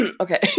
Okay